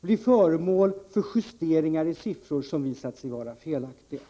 blir föremål för justeringar då siffror visat sig vara felaktiga.